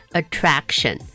attraction